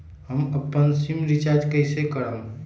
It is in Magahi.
हम अपन सिम रिचार्ज कइसे करम?